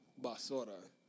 basura